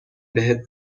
بهت